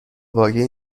واقعی